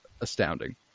astounding